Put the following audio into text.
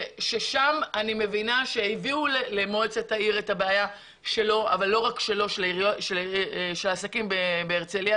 אני מבינה שהביאו למועצת העיר את הבעיה של העסקים בהרצליה,